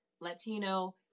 latino